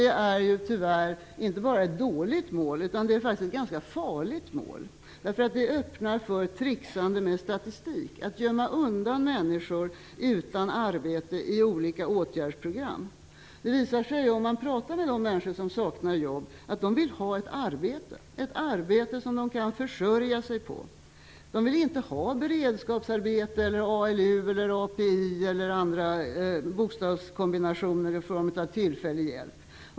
Tyvärr är det inte bara ett dåligt mål - det är också ett ganska farligt mål. Det öppnar nämligen för tricksande med statistiken - att gömma undan människor utan arbete i olika åtgärdsprogram. När man pratar med människor som saknar jobb visar det sig att de vill ha ett arbete som de kan försörja sig på. De vill inte ha beredskapsarbete, ALU, API eller någon annan bokstavskombination i form av tillfällig hjälp.